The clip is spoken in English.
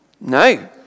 No